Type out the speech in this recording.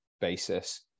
basis